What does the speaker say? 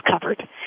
covered